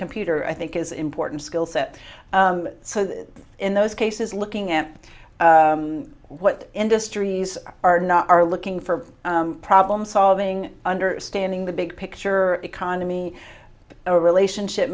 computer i think is important skill set so in those cases looking at what industries are not are looking for problem solving understanding the big picture economy or relationship